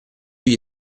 gli